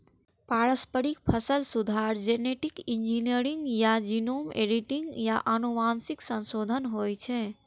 पारंपरिक फसल सुधार, जेनेटिक इंजीनियरिंग आ जीनोम एडिटिंग सं आनुवंशिक संशोधन होइ छै